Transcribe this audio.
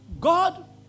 God